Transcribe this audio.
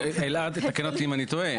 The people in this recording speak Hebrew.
אלעד, תקן אותי אם אני טועה.